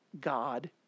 God